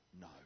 no